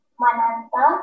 Mananta